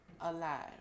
alive